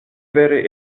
vere